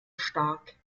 stark